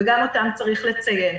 וגם אותם צריך לציין.